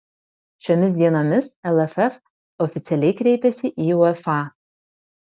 šiomis dienomis lff oficialiai kreipėsi į uefa